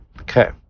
Okay